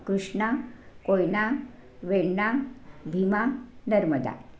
Krishna Koyna Venna Bhima Narmada